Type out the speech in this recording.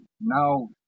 now